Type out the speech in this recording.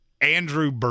Andrew